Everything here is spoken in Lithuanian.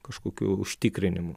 kažkokiu užtikrinimu